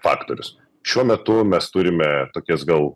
faktorius šiuo metu mes turime tokias gal